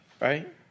right